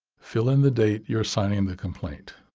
fill in the date you are signing the complaint.